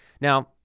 Now